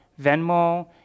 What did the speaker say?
Venmo